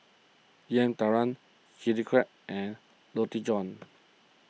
Yam Talam Chili Crab and Roti John